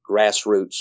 grassroots